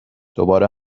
دوباره